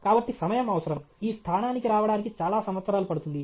కాబట్టి సమయం అవసరం ఈ స్థానానికి రావడానికి చాలా సంవత్సరాలు పడుతుంది